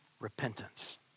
repentance